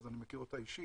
אז אני מכיר אותה אישית,